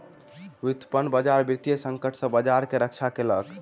व्युत्पन्न बजार वित्तीय संकट सॅ बजार के रक्षा केलक